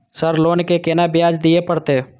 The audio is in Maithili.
सर लोन के केना ब्याज दीये परतें?